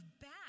back